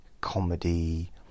comedy